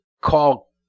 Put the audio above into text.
call